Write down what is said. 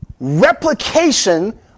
replication